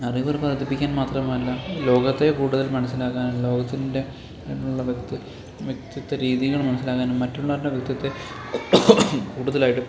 അറിവുകൾ വര്ധിപ്പിക്കാൻ മാത്രമല്ല ലോകത്തെ കൂടുതൽ മനസ്സിലാക്കാനുള്ള ലോകത്തിൻ്റെ ആയിട്ടുള്ള വ്യക്ത്വ വ്യക്തിത്വ രീതികൾ മനസ്സിലാക്കാനും മറ്റുള്ളവരുടെ വ്യക്തിത്വത്തെ കൂടുതലായിട്ടും